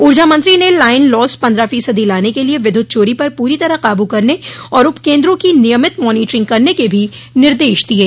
ऊर्जा मंत्री ने लाइन लास पन्द्रह फीसदी लाने के लिये विद्युत चोरी पर पूरी तरह काबू करने और उपकेन्द्रों की नियमित मानिटरिंग करने के भी निर्देश दिये